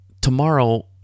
tomorrow